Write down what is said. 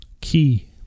Key